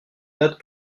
note